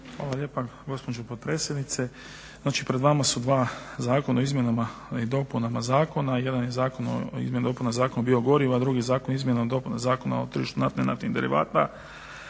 Hvala lijepa gospođo potpredsjednice. Znači pred vama su dva zakona o izmjenama i dopunama zakona. Jedan je zakon o izmjenama i dopunama Zakona o biogorivima drugi zakon o izmjenama i dopunama Zakona o tržištu nafte i naftnih derivata.